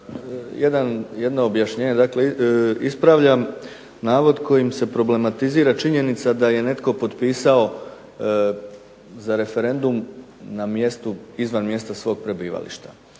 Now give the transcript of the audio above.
Jedno objašnjenje, dakle ispravljam navod kojim se problematizira činjenica da je netko potpisao za referendum izvan mjesta svog prebivališta.